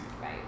Right